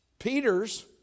Peter's